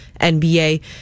NBA